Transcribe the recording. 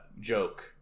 joke